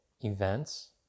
events